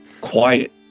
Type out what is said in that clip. quiet